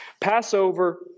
Passover